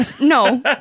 no